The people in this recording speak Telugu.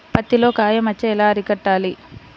పత్తిలో కాయ మచ్చ ఎలా అరికట్టాలి?